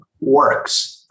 works